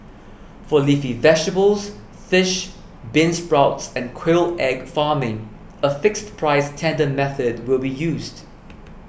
for leafy vegetables fish beansprouts and quail egg farming a fixed price tender method will be used